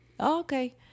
Okay